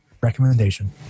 recommendation